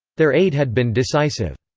their aid had been decisive.